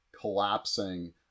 collapsing